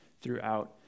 throughout